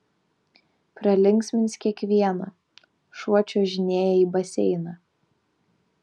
pralinksmins kiekvieną šuo čiuožinėja į baseiną